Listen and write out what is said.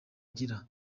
ngira